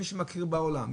מי שמכיר בעולם,